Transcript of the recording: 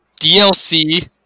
DLC